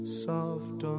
soft